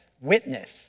witness